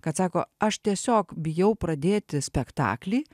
kad sako aš tiesiog bijau pradėti spektaklį